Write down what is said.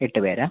എട്ട് പേരാ